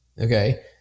okay